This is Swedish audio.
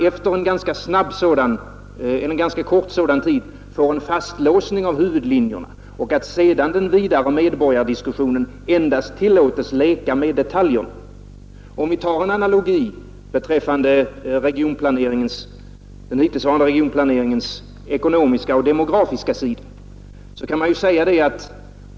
Efter en ganska kort tid blir huvudlinjerna fastlåsta, och den vidare medborgardiskussionen tillåts endast leka med detaljer. Det är det man kan befara. Vi kan bilda en analogi med den hittillsvarande regionplaneringens ekonomiska och demografiska sida.